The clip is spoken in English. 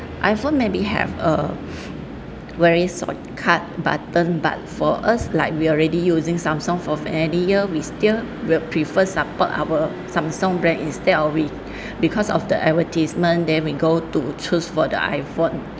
iphone maybe have a very short cut button but for us like we already using samsung for many year we still will prefer support our samsung brand instead of we because of the advertisement then we go to choose for the iphone